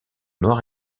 noir